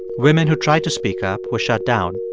women who tried to speak up were shut down.